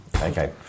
Okay